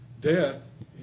death